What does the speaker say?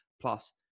plus